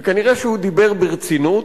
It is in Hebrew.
וכנראה הוא דיבר ברצינות.